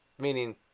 meaning